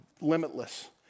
limitless